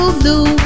blue